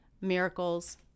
miracles